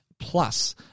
plus